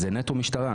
זה נטו משטרה.